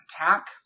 attack